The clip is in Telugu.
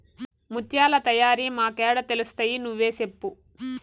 ముత్యాల తయారీ మాకేడ తెలుస్తయి నువ్వే సెప్పు